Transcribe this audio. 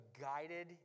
guided